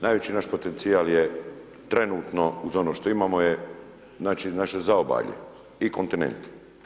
Najveći naš potencijal je trenutno uz ono što imamo je naše zaobalje i kontinent.